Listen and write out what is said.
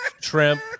shrimp